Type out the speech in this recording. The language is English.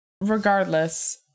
Regardless